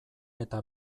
eta